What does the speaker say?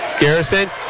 Garrison